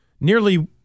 Nearly